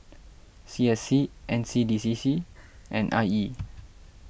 C S C N C D C C and I E